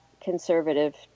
conservative